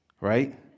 right